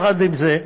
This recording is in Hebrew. עם זה,